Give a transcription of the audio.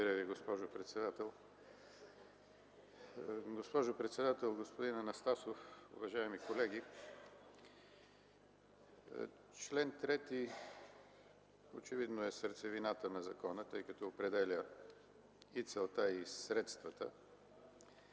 Ви, госпожо председател. Госпожо председател, господин Анастасов, уважаеми колеги! Член трети очевидно е сърцевината на закона, тъй като определя и целта, и средствата.